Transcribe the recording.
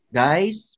guys